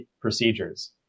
procedures